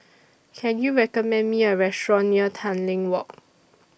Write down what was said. Can YOU recommend Me A Restaurant near Tanglin Walk